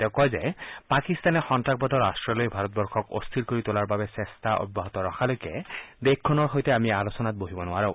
তেওঁ কয় যে পাকিস্তানে সন্তাসবাদৰ আশ্ৰয় লৈ ভাৰতবৰ্ষক অস্থিৰ কৰি তোলাৰ বাবে চেষ্টা অব্যাহত ৰখালৈকে দেশখনৰ সৈতে আমি আলোচনাত বহিব নোৱাৰো